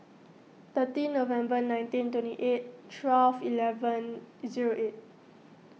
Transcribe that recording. thirty November nineteen twenty eight twelve eleven zero eight